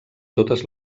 totes